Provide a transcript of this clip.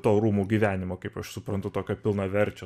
to rūmų gyvenimo kaip aš suprantu tokio pilnaverčio